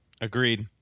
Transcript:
agreed